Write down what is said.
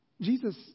Jesus